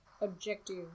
objective